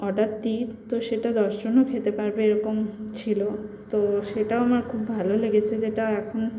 order দিই তো সেটা দশ জনও খেতে পারবে এরকম ছিলো তো সেটাও আমার খুব ভালো লেগেছে যেটা এখন